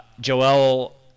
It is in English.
Joel